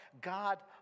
God